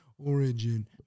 origin